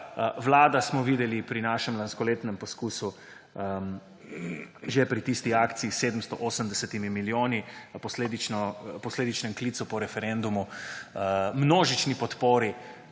vlada, smo videli pri našem lanskoletnem poskusu, že pri tisti akciji s 780 milijoni, posledičnem klicu po referendumu, množični podpori